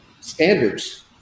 standards